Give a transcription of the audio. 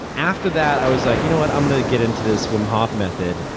after that, i was like, you know what? i'm going to get into this wim hof method.